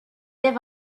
have